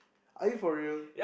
are you for real